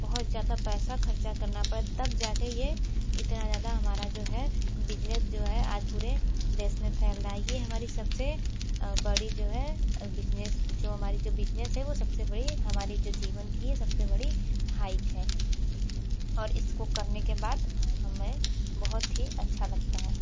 बहुत ज़्यादा पैसा खर्चा करना पड़ा तब जाकर यह इतना ज़्यादा हमारा जो है बिजनेस जो है आज पूरे देश में फैल रहा है यह हमारी सबसे बड़ी जो है बिजनेस जो हमारी बिजनेस है वो सबसे बड़ी हमारी जो जीवन की है सबसे बड़ी हाइक है और इसको करने के बाद हमें बहुत ही अच्छा लगता है